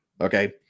Okay